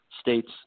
states